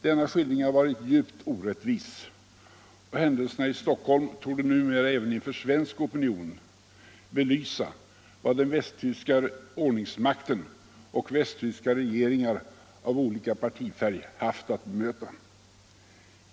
Denna skildring har varit djupt orättvis, och händelserna i Stockholm torde numera även inför svensk opionion belysa vad den västtyska ordningsmakten och västtyska regeringar av olika partifärg har haft att möta.